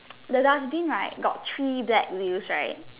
the dustbin right got three black wheels right